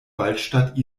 waldstadt